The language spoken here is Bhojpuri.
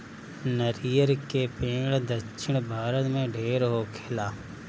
नरियर के पेड़ दक्षिण भारत में ढेर होखेला